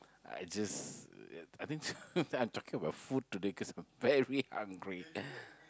I just uh I think I'm talking about food today cause I'm very hungry